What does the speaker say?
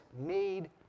made